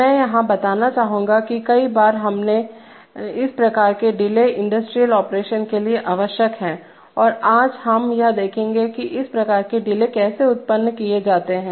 मैं यहां यह बताना चाहूंगा कि कई बार हमें इस प्रकार के डिले इंडस्ट्रियल ऑपरेशन के लिए आवश्यक हैं और आज हम यह देखेंगे कि इस प्रकार के डिले कैसे उत्पन्न किए जाते हैं